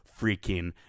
freaking